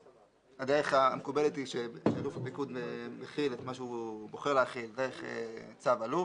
הדרך המקובלת היא שאלוף הפיקוד מחיל את מה שהוא בוחר להחיל דרך צו אלוף.